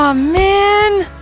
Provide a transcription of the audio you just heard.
um man.